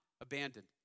abandoned